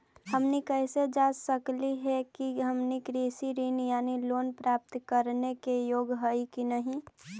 हमनी कैसे जांच सकली हे कि हमनी कृषि ऋण यानी लोन प्राप्त करने के योग्य हई कि नहीं?